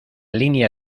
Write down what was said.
línea